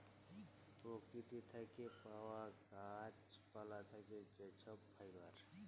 পরকিতি থ্যাকে পাউয়া গাহাচ পালা থ্যাকে যে ছব ফাইবার